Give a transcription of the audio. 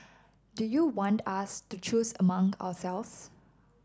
do you want us to choose among ourselves